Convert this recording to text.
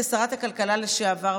כשרת הכלכלה לשעבר,